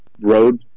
road